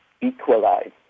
equalize